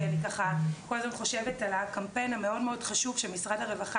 כי אני כל הזמן חושבת על הקמפיין המאוד חשוב שמשרד הרווחה